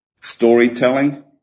storytelling